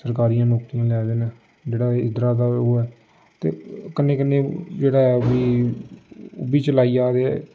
सरकारियां नौकरियां लै दे न जेह्ड़ा इद्धरा दा ओह् ऐ ते कन्नै कन्नै जेह्ड़ा ऐ ओह् बी ओह् बी चलाई जा'रदे